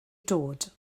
dod